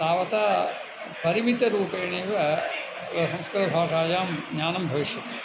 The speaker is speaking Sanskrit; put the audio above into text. तावता परिमितरूपेणैव तद् संस्कृतभाषायां ज्ञानं भविष्यति